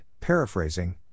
paraphrasing